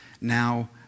Now